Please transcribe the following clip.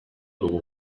dugu